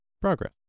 progress